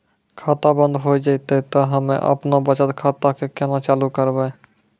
खाता बंद हो जैतै तऽ हम्मे आपनौ बचत खाता कऽ केना चालू करवै?